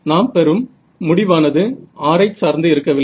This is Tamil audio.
நாம் பெரும் முடியானது r ஐ சார்ந்து இருக்கவில்லை